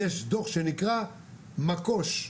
יש דוח שנקרא מקו"ש,